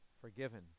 forgiven